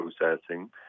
processing